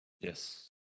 Yes